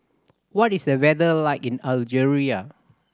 what is the weather like in Algeria